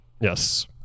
yes